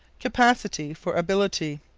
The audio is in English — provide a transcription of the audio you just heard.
capacity for ability.